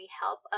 help